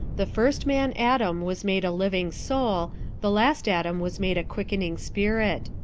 the first man adam was made a living soul the last adam was made a quickening spirit.